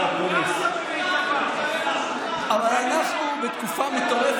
השר אקוניס, אני קורא אותך בקריאה